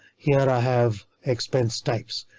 here i have expense types.